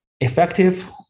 effective